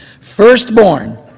firstborn